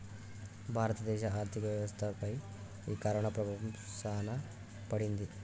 భారత దేశ ఆర్థిక వ్యవస్థ పై ఈ కరోనా ప్రభావం సాన పడింది